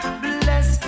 bless